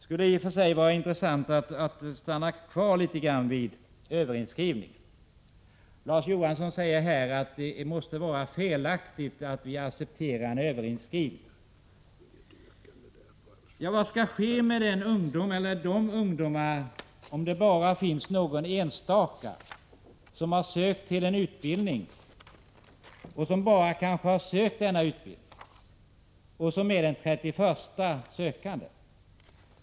I och för sig skulle det vara intressant att stanna upp här. Larz Johansson säger att det måste vara felaktigt att, som vi gör, acceptera överinskrivning. Men hur blir det annars? Det kan ju hända att bara någon enstaka elev har sökt till en utbildning — kanske har vederbörande dessutom enbart sökt till denna utbildning — och denna elev är den 31:a sökanden.